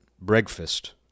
breakfast